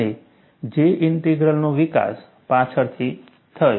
અને J ઇન્ટિગ્રલનો વિકાસ પાછળથી થયો